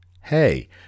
Hey